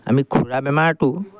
আমি খুৰা বেমাৰটো